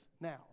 now